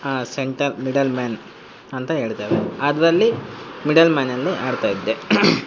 centre middle man ಅಂತ ಹೇಳ್ತೇವೆ ಅದರಲ್ಲಿ ಮಿಡಲ್ ಮ್ಯಾನಲ್ಲಿ ಆಡ್ತಾಯಿದ್ದೆ